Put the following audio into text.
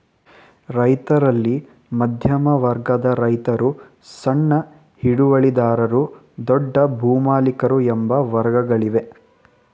ರೈತರಲ್ಲಿ ಮಧ್ಯಮ ವರ್ಗದ ರೈತರು, ಸಣ್ಣ ಹಿಡುವಳಿದಾರರು, ದೊಡ್ಡ ಭೂಮಾಲಿಕರು ಎಂಬ ವರ್ಗಗಳಿವೆ